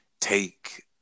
take